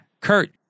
Kurt